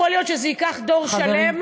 יכול להיות שזה ייקח דור שלם,